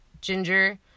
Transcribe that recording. ginger